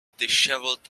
dishevelled